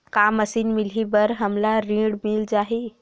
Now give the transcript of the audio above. का मशीन मिलही बर हमला ऋण मिल जाही?